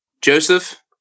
Joseph